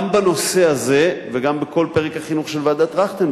גם בנושא הזה וגם בכל פרק החינוך של ועדת-טרכטנברג,